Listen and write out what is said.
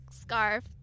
scarf